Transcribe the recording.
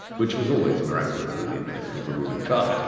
which was always miraculously the interests of the ruling class.